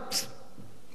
אחת לחודש,